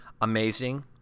amazing